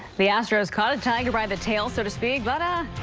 the astros caused tiger by the tail so to speak but.